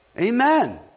Amen